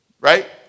Right